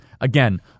Again